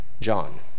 John